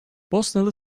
bosnalı